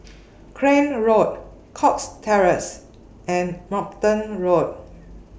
Crane Road Cox Terrace and Brompton Road